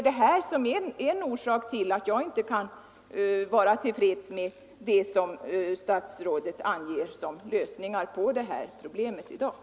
Detta är en av orsakerna till att jag inte kan vara tillfreds med det som statsrådet anger som lösningar på dagens arbetsmarknadsproblem.